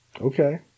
Okay